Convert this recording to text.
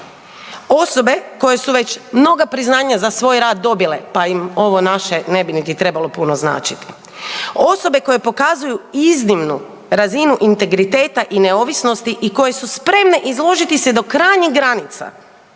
osobe koje su već mnoga priznanja za svoj rad dobile, pa im ovo naše ne bi niti trebalo puno značiti, osobe koje pokazuju iznimnu razinu integriteta i neovisnosti i koje su spremne izložiti se do krajnjih granica